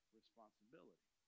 responsibility